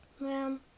Ma'am